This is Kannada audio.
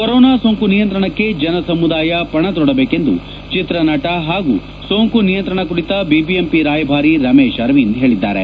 ಕೊರೊನಾ ಸೋಂಕು ನಿಯಂತ್ರಣಕ್ಕೆ ಜನ ಸಮುದಾಯ ಪಣ ತೊಡಬೇಕೆಂದು ಚಿತ್ರನಟ ಹಾಗೂ ಸೋಂಕು ನಿಯಂತ್ರಣ ಕುರಿತ ಬಿಬಿಎಂಪಿ ರಾಯಭಾರಿ ರಮೇಶ್ ಅರವಿಂದ್ ಹೇಳಿದ್ದಾರೆ